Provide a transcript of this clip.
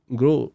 grow